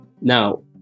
Now